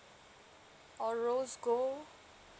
or rose gold